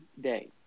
day